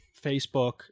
Facebook